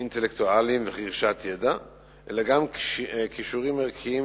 אינטלקטואליים ורכישת ידע אלא גם כישורים ערכיים,